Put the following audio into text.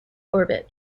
orbit